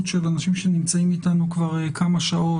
של אנשים שנמצאים איתנו כבר כמה שעות,